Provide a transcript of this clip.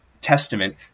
Testament